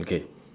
okay